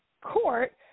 court